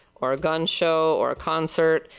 or gun show. or concert.